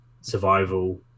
survival